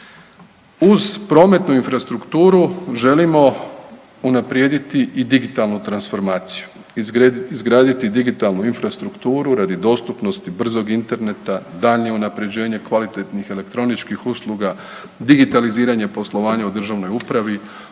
Uz prometnu infrastrukturu želimo unaprijediti i digitalnu transformaciju, izgraditi digitalnu infrastrukturu radi dostupnosti brzog interneta, daljnje unapređenje kvalitetnih elektroničkih usluga, digitaliziranje poslovanja u državnoj upravi,